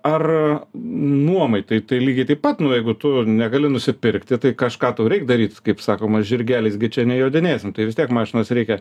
ar nuomai tai tai lygiai taip pat nu jeigu tu negali nusipirkti tai kažką tau reik daryt kaip sakoma žirgeliais gi čia nejodinėsim tai vis tiek mašinos reikia